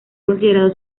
considerado